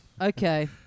Okay